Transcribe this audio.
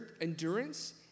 endurance